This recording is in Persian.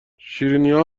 شیرینیا